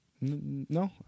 No